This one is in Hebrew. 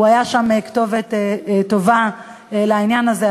הוא היה שם כתובת טובה לעניין הזה.